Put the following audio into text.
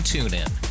TuneIn